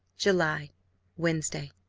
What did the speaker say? july wednesday.